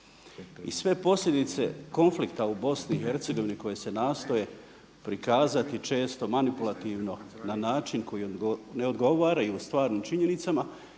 I sve posljedice konflikta u BiH koji se nastoje prikazati često manipulativno na način koji ne odgovaraju stvarnim činjenicama